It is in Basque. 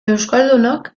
euskaldunok